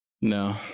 no